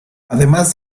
además